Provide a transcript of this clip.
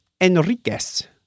Enriquez